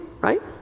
right